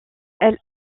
elle